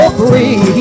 free